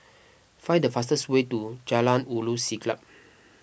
find the fastest way to Jalan Ulu Siglap